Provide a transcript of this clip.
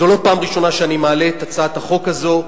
זו לא פעם ראשונה שאני מעלה את הצעת החוק הזו.